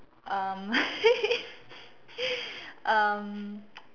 um um